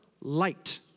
light